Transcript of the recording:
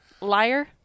liar